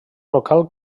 local